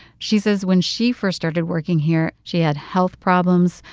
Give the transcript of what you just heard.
she says, when she first started working here, she had health problems.